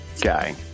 guy